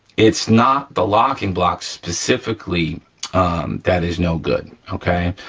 it's not the locking block specifically that is no good, okay?